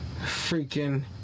freaking